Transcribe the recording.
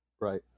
Right